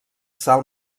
sal